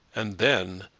and then,